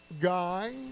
guy